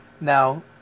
Now